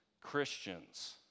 Christians